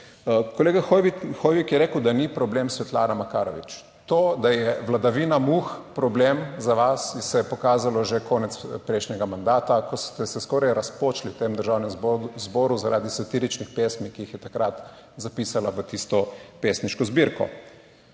Kolega Hoivik je rekel, da ni problem Svetlana Makarovič. To, da je vladavina muh problem za vas, se je pokazalo že konec prejšnjega mandata, ko ste se skoraj razpočili tem Državnem zboru, zaradi satiričnih pesmi, ki jih je takrat zapisala v tisto pesniško zbirko.